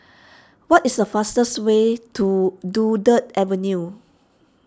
what is the fastest way to Dunkirk Avenue